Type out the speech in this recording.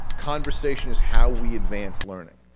conversation is how we advance learning.